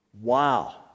Wow